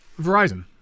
Verizon